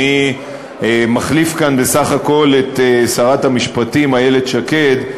אני מחליף כאן בסך הכול את שרת המשפטים איילת שקד,